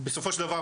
ובסופו של דבר,